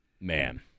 man